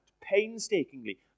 painstakingly